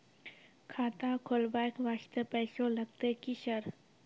खाता खोलबाय वास्ते पैसो लगते की सर?